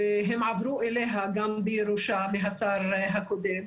והם עברו אליה גם בירושה מהשר הקודם.